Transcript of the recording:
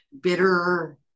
bitter